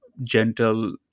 gentle